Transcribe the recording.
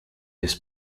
this